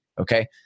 okay